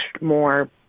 more